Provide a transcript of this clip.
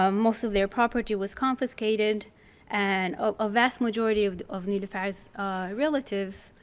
um most of their property was confiscated and a vast majority of of niloufer's relatives,